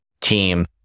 team